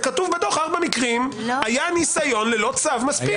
כתוב בדוח שבארבעה מקרים היה ניסיון ללא צו מספיק.